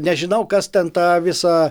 nežinau kas ten tą visą